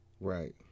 Right